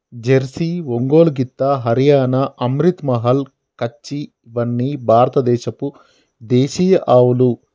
Jersey, Ongole గిత్త, హరియాణా, అమ్రిత్ మహల్, కచ్చి ఇవ్వని భారత దేశపు దేశీయ ఆవులు